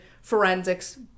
forensics